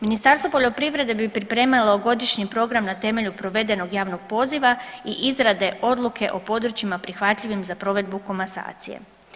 Ministarstvo poljoprivrede bi pripremilo godišnji program na temelju provedenog javnog poziva i izrade odluke o područjima prihvatljivim za provedbu komasacije.